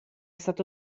stato